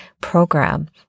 program